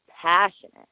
passionate